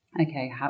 okay